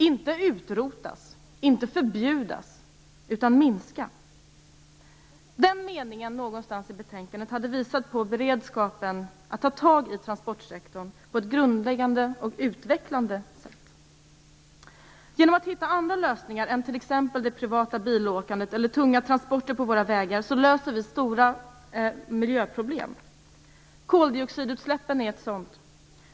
Inte utrotas, inte förbjudas utan minska. Den meningen hade visat på en beredskap att ta tag i transportsektorn på ett grundläggande och utvecklande sätt. Genom att hitta andra lösningar än t.ex. privat bilåkande och tunga transporter på våra vägar löser vi stora miljöproblem. Koldioxidutsläppen är ett sådant.